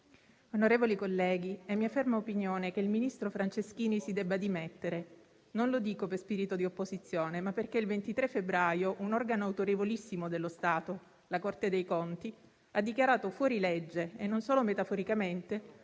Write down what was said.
onorevoli colleghi, è mia ferma opinione che il ministro Franceschini si debba dimettere. Non lo dico per spirito di opposizione, ma perché il 23 febbraio un organo autorevolissimo dello Stato, la Corte dei conti, ha dichiarato fuori legge - e non solo metaforicamente